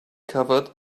covered